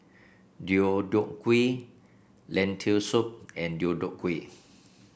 Deodeok Gui Lentil Soup and Deodeok Gui